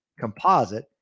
composite